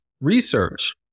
research